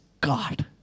God